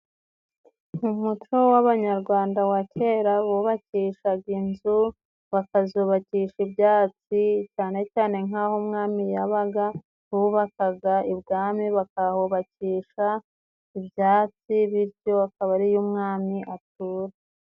Mu muco w'abanyarwanda wa kera bubakishaga inzu, bakazubakisha ibyatsi cyane cyane nk'aho umwami yabaga, bubakaga ibwami, bakahubakisha ibyatsi, bityo akaba ariyo umwami atura.